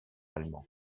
allemand